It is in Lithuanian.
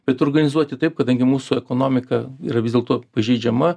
bet organizuoti taip kadangi mūsų ekonomika yra vis dėlto pažeidžiama